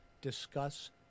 discuss